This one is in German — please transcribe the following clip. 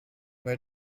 weil